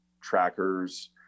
trackers